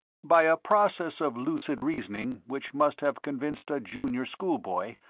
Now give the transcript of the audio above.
by a process of lucid reasoning which must have convinced a junior schoolboy,